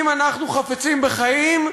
אם אנחנו חפצים בחיים,